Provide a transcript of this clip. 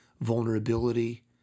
vulnerability